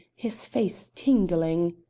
his face tingling.